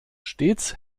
stets